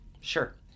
Sure